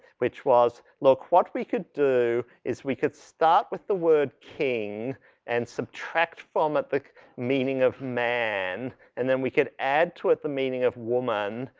which was look, what we could do is we could start with the word king and subtract from it the meaning of man and then we could add to it the meaning of woman.